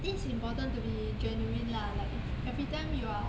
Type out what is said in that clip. think it's important to be genuine lah if everytime you are